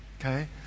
Okay